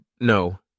no